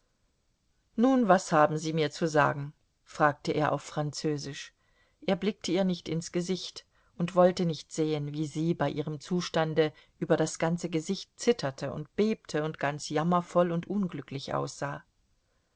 nun was haben sie mir zu sagen fragte er auf französisch er blickte ihr nicht ins gesicht und wollte nicht sehen wie sie bei ihrem zustande über das ganze gesicht zitterte und bebte und ganz jammervoll und unglücklich aussah